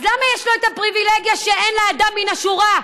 אז למה יש לו את הפריבילגיה שאין לאדם מן השורה,